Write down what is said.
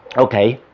okay,